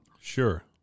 Sure